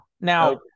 Now